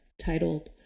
titled